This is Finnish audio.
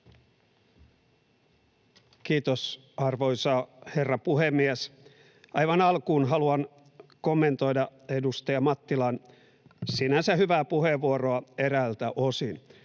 Kiitos, arvoisa herra puhemies! Aivan alkuun haluan kommentoida edustaja Mattilan sinänsä hyvää puheenvuoroa eräältä osin.